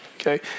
okay